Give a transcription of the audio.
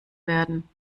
werden